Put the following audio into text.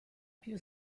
più